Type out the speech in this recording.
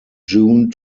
june